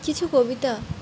কিছু কবিতা